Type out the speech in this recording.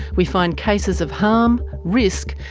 we find cases of harm, risk,